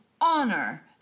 honor